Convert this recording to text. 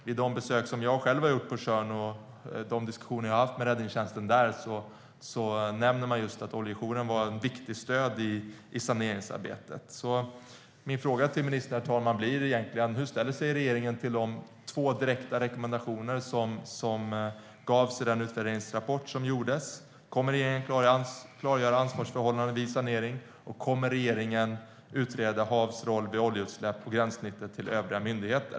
Vid de besök som jag själv har gjort på Tjörn och de diskussioner som jag har haft med räddningstjänsten där nämner man just att oljejouren var ett viktigt stöd i saneringsarbetet. Herr talman! Mina frågor till ministern blir: Hur ställer sig regeringen till de två direkta rekommendationer som gavs i den utvärderingsrapport som gjordes? Kommer regeringen att klargöra ansvarsförhållandena vid sanering? Kommer regeringen att utreda Havs och vattenmyndighetens roll vid oljeutsläpp och gränssnittet till övriga myndigheter?